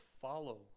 follow